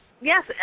Yes